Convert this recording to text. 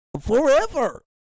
Forever